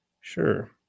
Sure